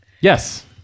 Yes